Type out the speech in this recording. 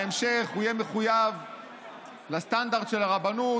בהמשך הוא יהיה מחויב לסטנדרט של הרבנות,